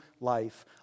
life